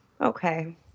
Okay